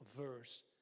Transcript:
verse